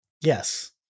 Yes